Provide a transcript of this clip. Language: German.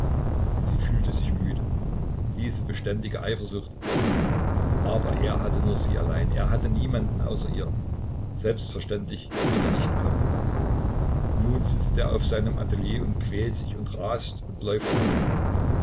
sie fühlte sich müde diese beständige eifersucht aber er hatte nur sie allein er hatte niemanden außer ihr selbstverständlich wird er nicht kommen nun sitzt er auf seinem atelier und quält sich und rast und läuft herum